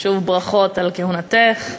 שוב ברכות על כהונתך,